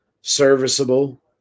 serviceable